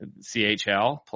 CHL